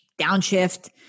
Downshift